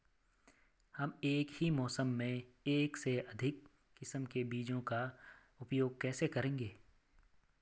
हम एक ही मौसम में एक से अधिक किस्म के बीजों का उपयोग कैसे करेंगे?